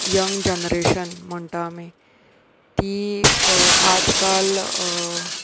young generation म्हणटा आमी ती आज काल